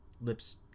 lips